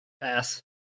pass